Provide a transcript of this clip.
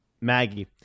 Maggie